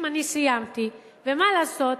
אם אני סיימתי, ומה לעשות?